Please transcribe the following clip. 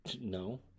no